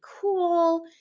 cool